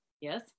yes